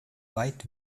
weit